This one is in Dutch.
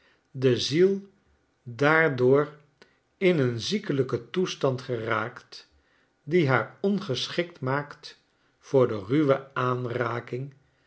de ziel daardoor in een ziekelijken toestand geraakt die haar ongeschikt maakt voor de ruwe aanraking